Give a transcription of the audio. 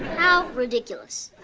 how ridiculous.